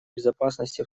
безопасности